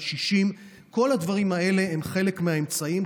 60. כל הדברים האלה הם חלק מהאמצעים,